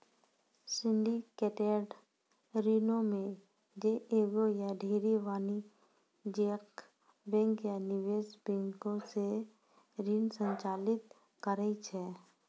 syndicated ऋणो मे जे एगो या ढेरी वाणिज्यिक बैंक या निवेश बैंको से ऋण संचालित करै छै